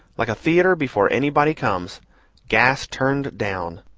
like a theatre before anybody comes gas turned down.